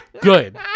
Good